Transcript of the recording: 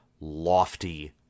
lofty